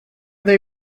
they